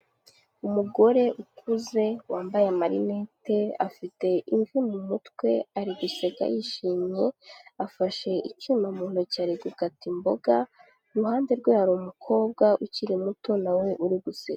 Umugore ukuze, wambaye marinete, afite imvi mu mutwe ari guseka yishimye, afashe icyuma mu ntoki ari gukata imboga, iruhande rwe hari umukobwa ukiri muto nawe uri guseka.